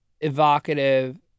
evocative